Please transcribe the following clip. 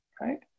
right